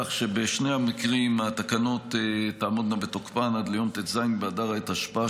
כך שבשני המקרים התקנות תעמודנה בתוקפן עד ליום ט"ז באדר התשפ"ה,